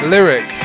Lyric